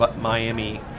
Miami